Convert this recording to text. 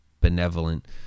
benevolent